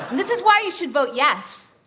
this is why you should vote yes